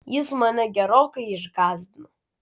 jis mane gerokai išgąsdino